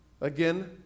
Again